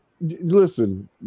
Listen